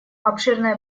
обширное